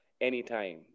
anytime